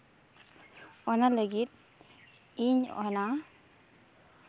ᱚᱱᱟ ᱞᱟᱹᱜᱤᱫ ᱤᱧ ᱚᱱᱟ